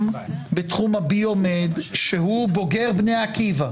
בתחום הביו מד שהוא בוגר בני עקיבא,